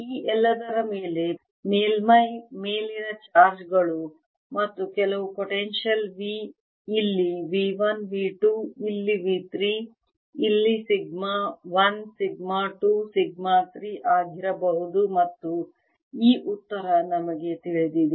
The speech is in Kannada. ಈ ಎಲ್ಲದರ ಮೇಲೆ ಮೇಲ್ಮೈ ಮೇಲಿನ ಚಾರ್ಜ್ ಗಳು ಮತ್ತು ಕೆಲವು ಪೊಟೆನ್ಶಿಯಲ್ V ಇಲ್ಲಿ V 1 V 2 ಇಲ್ಲಿ V 3 ಇಲ್ಲಿ ಸಿಗ್ಮಾ 1 ಸಿಗ್ಮಾ 2 ಸಿಗ್ಮಾ 3 ಆಗಿರಬಹುದು ಮತ್ತು ಈ ಉತ್ತರ ನಮಗೆ ತಿಳಿದಿದೆ